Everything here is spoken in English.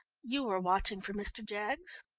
you are watching for mr. jaggs?